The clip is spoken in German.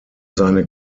seine